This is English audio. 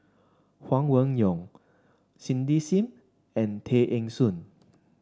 Huang Wenhong Cindy Sim and Tay Eng Soon